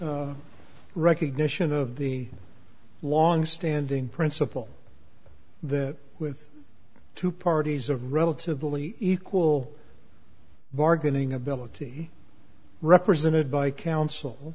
e recognition of the longstanding principle that with two parties of relatively equal bargaining ability represented by counsel